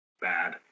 Bad